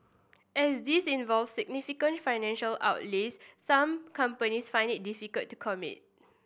as these involve significant financial outlays some companies find it difficult to commit